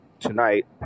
tonight